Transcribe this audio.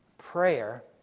Prayer